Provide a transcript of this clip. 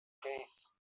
keys